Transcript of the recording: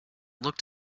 looked